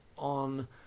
on